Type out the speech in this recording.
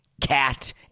Cat